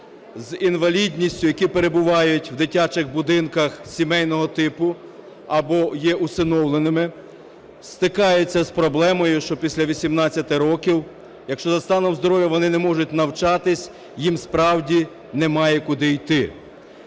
з інвалідністю, які перебувають в дитячих будинках сімейного типу або є усиновленими, стикаються з проблемою, що після 18 років, якщо за станом здоров'я вони не можуть навчатись, їм справді немає куди йти.